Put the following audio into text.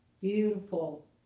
beautiful